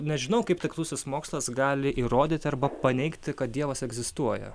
nežinau kaip tikslusis mokslas gali įrodyti arba paneigti kad dievas egzistuoja